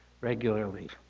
regularly